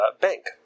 bank